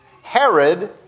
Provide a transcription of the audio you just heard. Herod